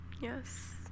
Yes